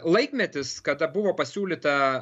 laikmetis kada buvo pasiūlyta